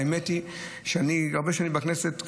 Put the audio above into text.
האמת היא, אני הרבה שנים בכנסת.